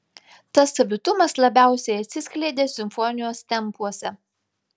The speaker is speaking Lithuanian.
tas savitumas labiausiai atsiskleidė simfonijos tempuose